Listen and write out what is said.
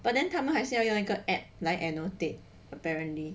but then 他们还是要用一个 application 来 annotate